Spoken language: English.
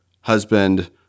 husband